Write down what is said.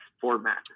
format